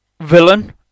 villain